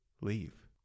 leave